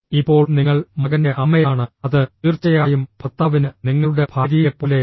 ഇപ്പോൾ നിങ്ങൾ മകന്റെ അമ്മയാണ് അത് തീർച്ചയായും ഭർത്താവിന് നിങ്ങളുടെ ഭാര്യയെപ്പോലെയാണ്